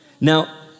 Now